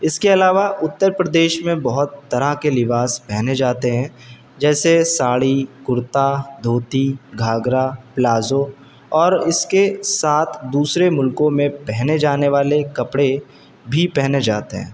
اس کے علاوہ اتر پردیش میں بہت طرح کے لباس پہنے جاتے ہیں جیسے ساڑی کرتا دھوتی گھاگھرا پلازو اور اس کے ساتھ دوسرے ملکوں میں پہنے جانے والے کپڑے بھی پہنے جاتے ہیں